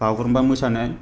बागुरुमबा मोसानो